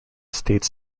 states